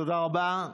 תודה רבה.